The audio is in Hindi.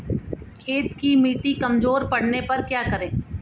खेत की मिटी कमजोर पड़ने पर क्या करें?